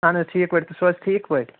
اَہن حظ ٹھیٖک پٲٹھۍ تُہۍ چھُو حظ ٹھیٖک پٲٹھۍ